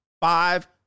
five